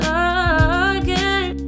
again